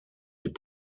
des